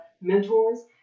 mentors